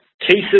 cases